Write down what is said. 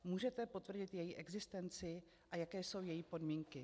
Můžete potvrdit její existenci, a jaké jsou její podmínky?